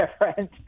different